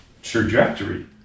trajectory